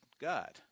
God